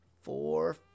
four